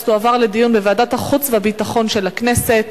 תועבר לדיון בוועדת החוץ והביטחון של הכנסת.